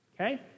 Okay